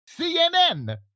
CNN